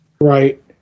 right